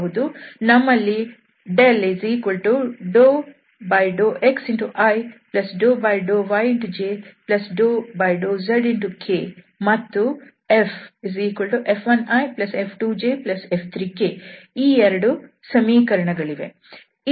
ನಮ್ಮಲ್ಲಿ δxiδyjδzk ಮತ್ತು FF1iF2jF3k ಈ 2 ಸಮೀಕರಣಗಳಿವೆ